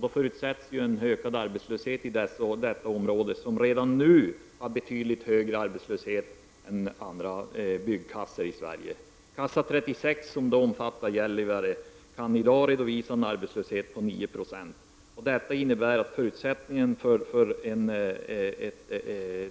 Då förutsätter man att det blir en ökad arbetslöshet i detta område som redan nu har betydligt högre arbetslöshet än den som redovisats av andra byggkassor i Sverige Kassa 36, som omfattar Gällivare, kan i dag redovisa en arbetslöshet på 990. Det innebär att förutsättningarna finns för ett